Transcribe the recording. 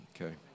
Okay